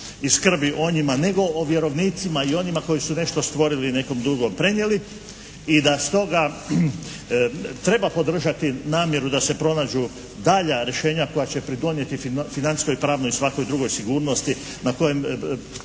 i skrbi o njima nego o vjerovnicima i onima koji su nešto stvorili i nekom drugom prenijeli i da stoga treba podržati namjeru da se pronađu dalja rješenja koja će pridonijeti financijskoj pravnoj i svakoj drugoj sigurnosti na kojem